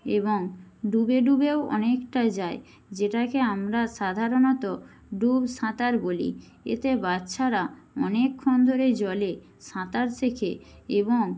এবং ডুবে ডুবেও অনেকটা যায় যেটাকে আমরা সাধারণত ডুব সাঁতার বলি এতে বাচ্চারা অনেকক্ষণ ধরে জলে সাঁতার শেখে এবং